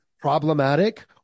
problematic